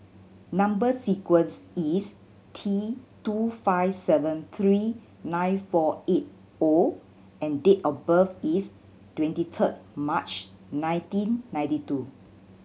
number sequence is T two five seven three nine four eight O and date of birth is twenty third March nineteen ninety two